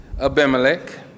Abimelech